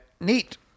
Neat